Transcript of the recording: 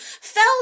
fell